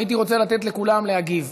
הייתי רוצה לתת לכולם להגיב.